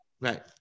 Right